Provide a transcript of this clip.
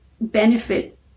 benefit